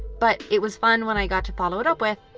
but it was fun when i got to follow it up with,